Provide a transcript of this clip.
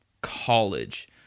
College